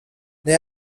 they